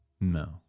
No